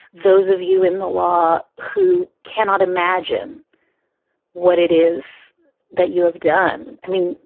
those of you in the law who cannot imagine what it is that you have done. i mean,